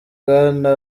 bwana